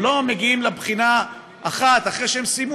הם לא מגיעים לבחינה אחת אחרי שהם סיימו